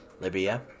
Libya